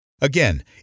Again